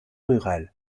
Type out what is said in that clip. rural